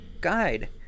guide